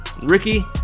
ricky